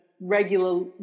regular